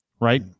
right